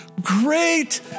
great